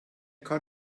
kann